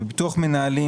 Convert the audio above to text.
בביטוח מנהלים,